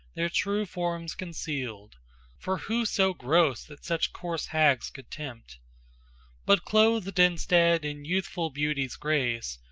their true forms concealed for who so gross that such coarse hags could tempt but clothed instead in youthful beauty's grace.